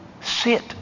Sit